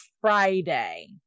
friday